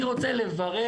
אני רוצה לברך